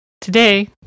Today